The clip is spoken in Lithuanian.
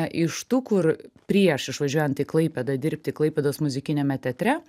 iš tų kur prieš išvažiuojant į klaipėdą dirbti klaipėdos muzikiniame teatre